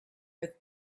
with